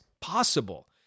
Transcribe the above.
possible